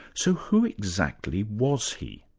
so who exactly was he?